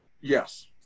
Yes